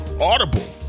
Audible